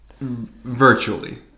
Virtually